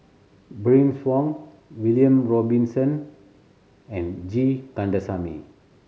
Bernice Wong William Robinson and G Kandasamy